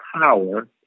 power